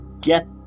get